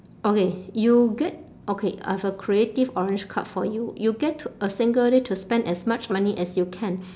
okay you get okay I have a creative orange card for you you get to a single day to spend as much money as you can